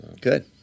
Good